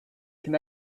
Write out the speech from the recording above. can